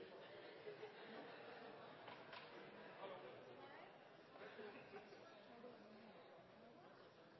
har